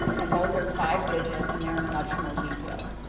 and those are five digit and they are much more detailed.